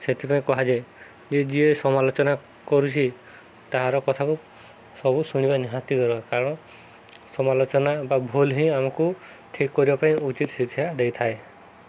ସେଥିପାଇଁ କୁହାଯାଏ ଯେ ଯିଏ ସମାଲୋଚନା କରୁଛି ତାହାର କଥାକୁ ସବୁ ଶୁଣିବା ନିହାତି ଦରକାର କାରଣ ସମାଲୋଚନା ବା ଭୁଲ ହିଁ ଆମକୁ ଠିକ୍ କରିବା ପାଇଁ ଉଚିତ ଶିକ୍ଷା ଦେଇଥାଏ